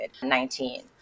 COVID-19